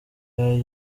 aya